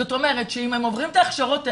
זאת אומרת שאם הם עוברים את ההכשרות האלה,